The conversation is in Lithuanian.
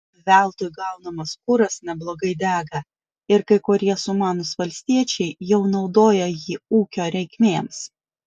veltui gaunamas kuras neblogai dega ir kai kurie sumanūs valstiečiai jau naudoja jį ūkio reikmėms